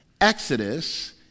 Exodus